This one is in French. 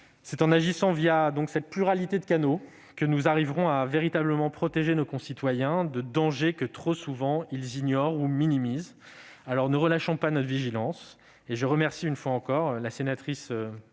c'est en agissant par cette pluralité de canaux que nous arriverons à véritablement protéger nos concitoyens de dangers, que, trop souvent, ils ignorent ou minimisent. Ne relâchons pas notre vigilance, à l'instar de Mme la sénatrice